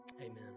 Amen